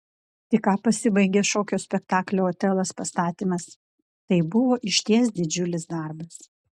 tik ką pasibaigė šokio spektaklio otelas pastatymas tai buvo išties didžiulis darbas